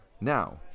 Now